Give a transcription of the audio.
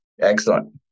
Excellent